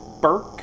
burke